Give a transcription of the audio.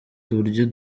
uburyo